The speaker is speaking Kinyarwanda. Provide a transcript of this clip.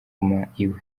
iwe